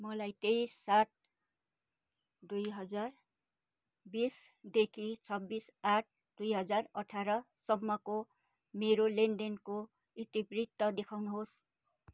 मलाई तेइस सात दुई हजार बिसदेखि छब्बिस आठ दुई हजार अठारसम्मको मेरो लेनदेनको इतिवृत्त देखाउनुहोस्